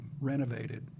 renovated